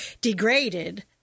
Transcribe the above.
degraded